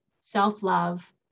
self-love